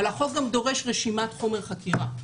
אבל החוק גם דורש רשימת חומר חקירה.